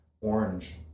orange